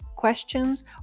Questions